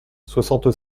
soixante